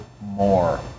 more